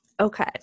Okay